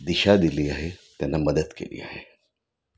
दिशा दिली आहे त्यांना मदत केली आहे